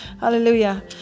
Hallelujah